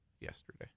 yesterday